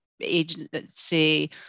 agency